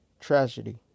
tragedy